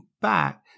back